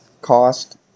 cost